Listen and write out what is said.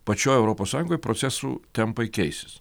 pačioj europos sąjungoj procesų tempai keisis